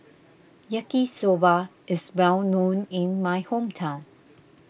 Yaki Soba is well known in my hometown